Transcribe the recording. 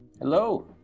Hello